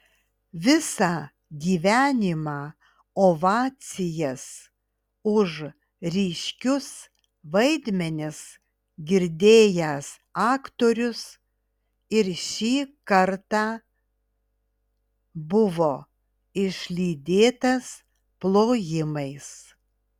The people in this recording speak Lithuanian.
visą gyvenimą ovacijas už ryškius vaidmenis girdėjęs aktorius ir šį kartą buvo išlydėtas plojimais